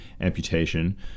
amputation